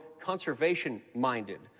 conservation-minded